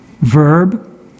verb